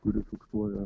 kuri fiksuoja